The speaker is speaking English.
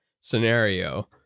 scenario